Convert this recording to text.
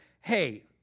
hey